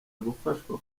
gufashwa